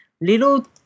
Little